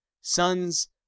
sons